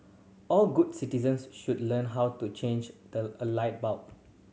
all good citizens should learn how to change the a light bulb